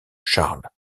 charles